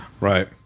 Right